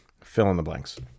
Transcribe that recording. fill-in-the-blanks